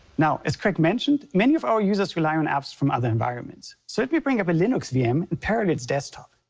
now, as craig mentioned, many of our users rely on apps from other environments. so let me bring up a linux vm in parallels desktop.